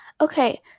Okay